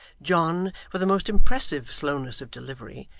john, with a most impressive slowness of delivery,